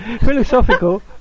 Philosophical